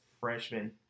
freshman